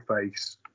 face